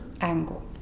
angle